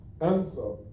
answer